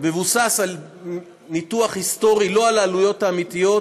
מבוסס על ניתוח היסטורי, לא על העלויות האמיתיות,